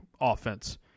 offense